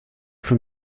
from